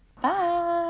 bye